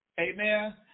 Amen